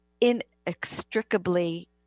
inextricably